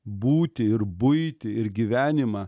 būtį ir buitį ir gyvenimą